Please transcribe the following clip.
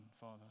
father